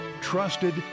Trusted